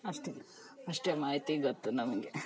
ಅಷ್ಟೇ ಅಷ್ಟೇ ಮಾಹಿತಿ ಗೊತ್ತು ನಮಗೆ